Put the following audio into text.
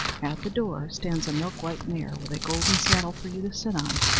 at the door stands a milk-white mare, with a golden saddle for you to sit on,